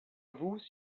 vous